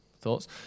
Thoughts